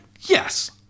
yes